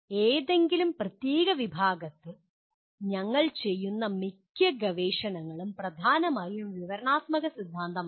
ഏതെങ്കിലും പ്രത്യേക വിഭാഗത്തിൽ ഞങ്ങൾ ചെയ്യുന്ന മിക്ക ഗവേഷണങ്ങളും പ്രധാനമായും വിവരണാത്മക സിദ്ധാന്തമാണ്